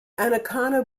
ancona